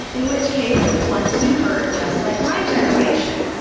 in which case you'll want to be heard, just like my generation.